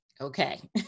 Okay